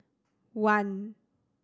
one